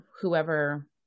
whoever